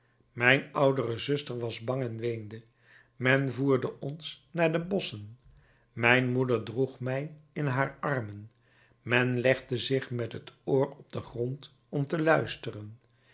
mijn oudere zuster was bang en weende men voerde ons naar de bosschen mijn moeder droeg mij in haar armen men legde zich met het oor op den grond om te luisteren